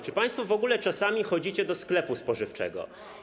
Czy państwo w ogóle czasami chodzicie do sklepu spożywczego?